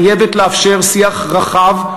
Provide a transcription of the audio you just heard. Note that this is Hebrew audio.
חייבת לאפשר שיח רחב,